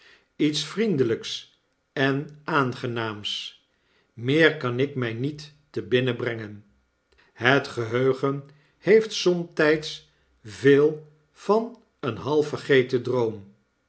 iets vriendelijks en aangenaams meer kan ik mij niet te binnen brengen het geheugen heeft somtijds veel van een half vergeten droom